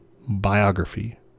biography